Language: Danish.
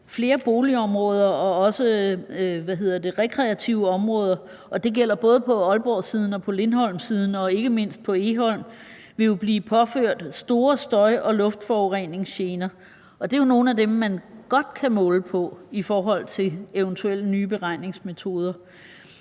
Flere boligområder og også rekreative områder – det gælder både på Aalborgsiden og på Lindholmsiden og ikke mindst på Egholm – vil jo blive påført store støj- og luftforureningsgener, og det er jo nogle af dem, man godt kan måle på i forhold til eventuelle nye beregningsmetoder.